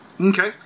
Okay